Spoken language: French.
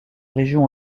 région